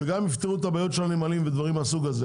יחד עם זה שיפתרו את הבעיות בנמלים ודברים מהסוג הזה,